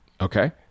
Okay